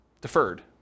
deferred